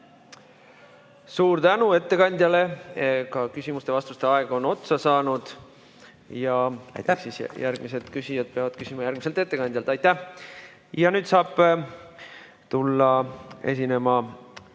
Suur tänu ettekandjale! Küsimuste-vastuste aeg on otsa saanud ja järgmised küsijad peavad küsima järgmiselt ettekandjalt. Aitäh! Nüüd saab tulla esinema